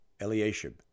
Eliashib